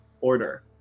order